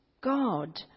God